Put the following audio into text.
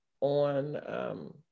on